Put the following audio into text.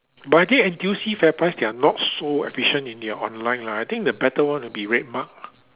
but I think N_T_U_C FairPrice they are not so efficient in their online lah I think the better one will be RedMart